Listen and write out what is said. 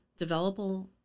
developable